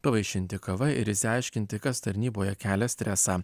pavaišinti kava ir išsiaiškinti kas tarnyboje kelia stresą